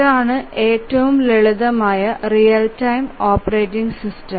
ഇതാണ് ഏറ്റവും ലളിതമായ റിയൽ ടൈം ഓപ്പറേറ്റിംഗ് സിസ്റ്റം